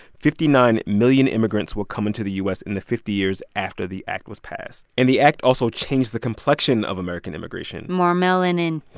fifty nine million immigrants would come into the u s. in the fifty years after the act was passed. and the act also changed the complexion of american immigration more melanin